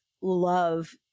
love